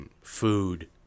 food